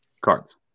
cards